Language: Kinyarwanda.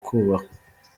kubahwa